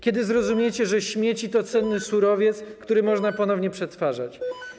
Kiedy zrozumiecie, że śmieci to cenny surowiec, który można ponownie przetwarzać?